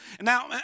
Now